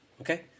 Okay